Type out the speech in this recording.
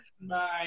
Bye